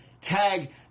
tag